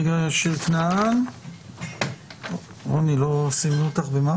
רוני, לא סימנו אותך.